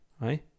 right